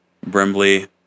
Brimley